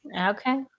okay